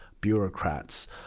bureaucrats